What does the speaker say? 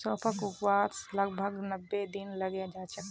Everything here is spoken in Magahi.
सौंफक उगवात लगभग नब्बे दिन लगे जाच्छे